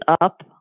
up